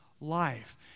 life